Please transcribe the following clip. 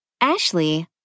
Ashley